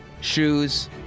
shoes